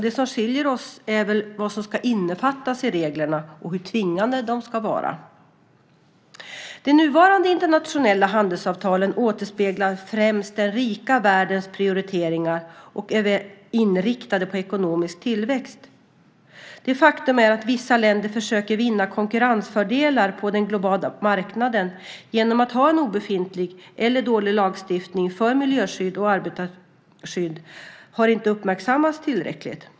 Det som skiljer oss är vad som ska innefattas i reglerna och hur tvingande de ska vara. De nuvarande internationella handelsavtalen återspeglar främst den rika världens prioriteringar och är inriktade på ekonomisk tillväxt. Det faktum att vissa länder försöker vinna konkurrensfördelar på den globala marknaden genom att ha en obefintlig eller dålig lagstiftning för miljöskydd och arbetarskydd har inte uppmärksammats tillräckligt.